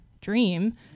dream